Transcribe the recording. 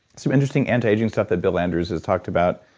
some interesting antiaging stuff that bill andrews has talked about.